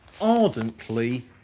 ardently